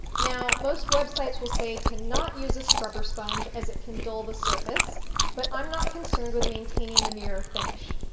now, most websites will say to not use a scrubber sponge as it can dull the surface but i'm not concerned with maintaining the mirror finish.